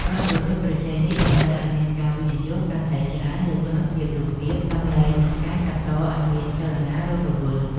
ការប្រកួតប្រជែងនេះតម្រូវឱ្យមានការវិនិយោគកាន់តែច្រើនលើគុណភាពរូបភាព សម្លេង និងការកាត់តឱ្យមានចលនារស់រវើក។